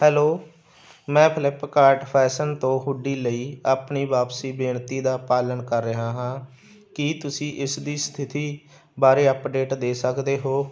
hello ਮੈਂ Flipkart fashion ਤੋਂ hoodie ਲਈ ਆਪਣੀ ਵਾਪਸੀ ਬੇਨਤੀ ਦਾ ਪਾਲਣ ਕਰ ਰਿਹਾ ਹਾਂ ਕੀ ਤੁਸੀਂ ਇਸ ਦੀ ਸਥਿਤੀ ਬਾਰੇ ਅੱਪਡੇਟ ਦੇ ਸਕਦੇ ਹੋ